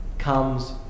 comes